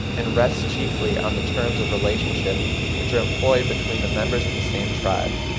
and rests chiefly on the terms of relationship which are employed between the members of the same tribe,